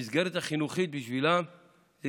המסגרת החינוכית בשבילם היא